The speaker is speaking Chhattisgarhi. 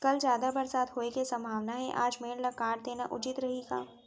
कल जादा बरसात होये के सम्भावना हे, आज मेड़ ल काट देना उचित रही का?